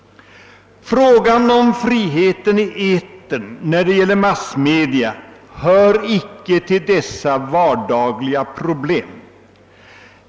Frågan om friheten i etern när det gäller massmedia hör icke till dessa vardagliga problem.